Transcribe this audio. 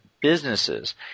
businesses